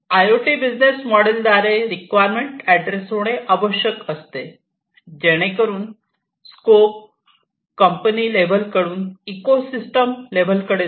I O T business model द्वारे requirement address होणे आवश्यक असते जेणेकरून स्कोप कंपनी लेवल कडून इकोसिस्टम लेवल कडे जातो